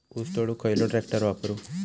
ऊस तोडुक खयलो ट्रॅक्टर वापरू?